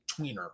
tweener